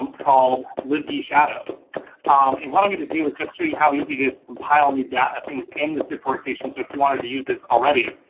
um called libvshadow. and what i'm gonna do is just show you how easy it is to compile new data things in the sift workstation so if wanted to use this already,